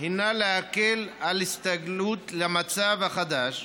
היא להקל את ההסתגלות למצב החדש,